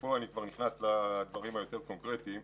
ופה אני כבר נכנס לדברים היותר קונקרטיים.